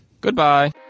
goodbye